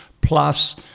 plus